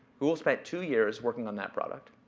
google spent two years working on that product.